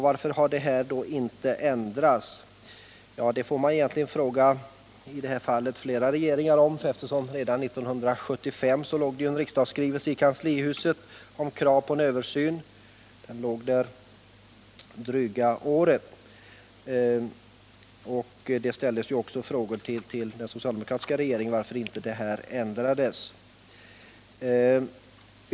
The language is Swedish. Varför har då inte lagen ändrats? Ja, det är en fråga som egentligen bör ställas till flera regeringar, eftersom det redan år 1975 låg en riksdagsskrivelse i kanslihuset med krav på en översyn. Skrivelsen låg där dryga året. Det ställdes frågor till den socialdemokratiska regeringen om varför detta förhållande inte ändrades.